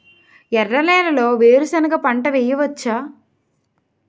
ఎర్ర నేలలో వేరుసెనగ పంట వెయ్యవచ్చా?